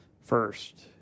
first